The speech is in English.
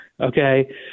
okay